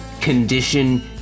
condition